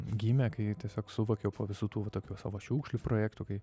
gimė kai tiesiog suvokiau po visu tų tokių savo šiukšlių projektų kai